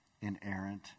inerrant